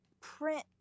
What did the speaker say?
print